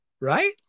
right